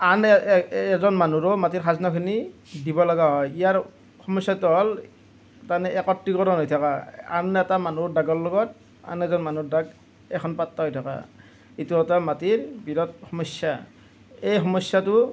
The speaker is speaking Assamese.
আন এজন মানুহৰো মাটিৰ খাজনাখিনি দিব লগা হয় ইয়াৰ সমস্যাটো হ'ল মানে একত্ৰীকৰণ হৈ থকা আন এটা মানুহৰ দাগৰ লগত আন এজন মানুহৰ দাগ এখন পাত্তা থৈ থকা এইটো এটা মাটিৰ বিৰাট সমস্যা এই সমস্যাটো